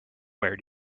where